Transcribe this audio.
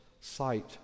sight